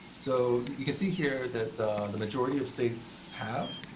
so you can see here that the majority of states have.